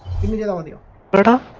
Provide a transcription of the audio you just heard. the millennium but